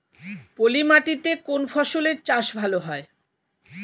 পলি মাটিতে কোন ফসলের চাষ ভালো হয়?